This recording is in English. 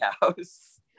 house